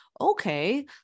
okay